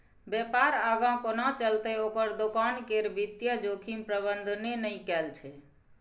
बेपार आगाँ कोना चलतै ओकर दोकान केर वित्तीय जोखिम प्रबंधने नहि कएल छै